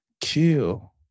kill